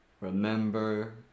Remember